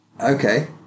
Okay